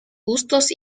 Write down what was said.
gustos